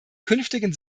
künftigen